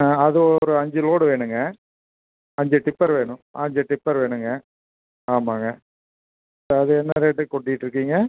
ஆ அது ஒரு அஞ்சு லோடு வேணும்ங்க அஞ்சு டிப்பர் வேணும் அஞ்சு டிப்பர் வேணும்ங்க ஆமாங்க அது என்ன ரேட்டுக்கு கொட்டிட்டுருக்கீங்க